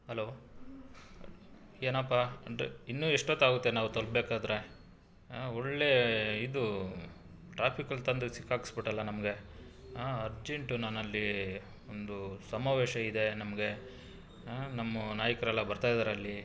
hello ಏನಪ್ಪಾ ಇನ್ನೂ ಎಷ್ಟೊತ್ತಾಗುತ್ತೆ ನಾವು ತಲುಪಿಸ್ಬೇಕಾದ್ರೆ ಒಳ್ಳೇ ಇದು ಟ್ರಾಫಿಕಲ್ಲಿ ತಂದು ಸಿಕ್ಕಾಕ್ಸ್ಬುಟ್ಟಲ ನಮಗೆ ಅರ್ಜೆಂಟು ನಾನಲ್ಲಿ ಒಂದು ಸಮಾವೇಶ ಇದೆ ನಮಗೆ ನಮ್ಮ ನಾಯಕ್ರೆಲ್ಲ ಬರ್ತಾಯಿದಾರೆ ಅಲ್ಲಿ